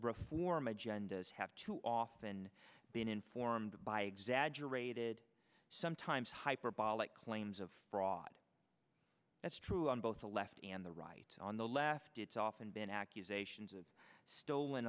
reform agenda is have too often been informed by exaggerated sometimes hyperbolic claims of fraud that's true on both the left and the right on the left it's often been accusations of stolen